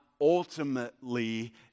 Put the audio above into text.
ultimately